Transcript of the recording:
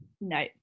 no